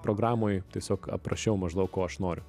programoj tiesiog aprašiau maždaug ko aš noriu